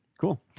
Cool